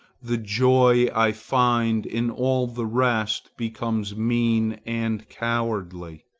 the joy i find in all the rest becomes mean and cowardly.